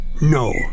no